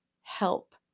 help